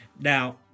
Now